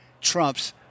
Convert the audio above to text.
trumps